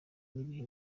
n’ibihe